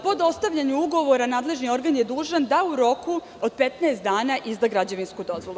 Po dostavljanju ugovora nadležni organ je dužan da u roku od 15 dana izda građevinsku dozvolu.